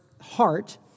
heart